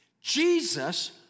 Jesus